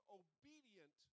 obedient